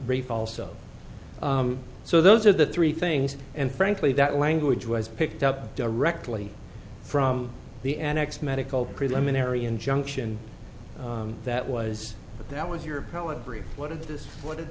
brief also so those are the three things and frankly that language was picked up directly from the annex medical preliminary injunction that was that was your poetry what is this what i